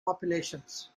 populations